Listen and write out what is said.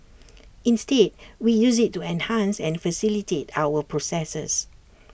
instead we use IT to enhance and facilitate our processes